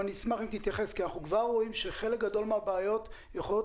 אנחנו כבר רואים שחלק גדול מהבעיות יכולות